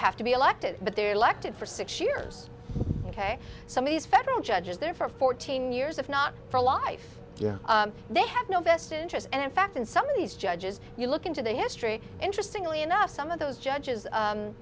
have to be elected but they're elected for six years ok some of these federal judges there for fourteen years if not for life yeah they have no vested interest and in fact in some of these judges you look into the history interestingly enough some of those judges